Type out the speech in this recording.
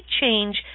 change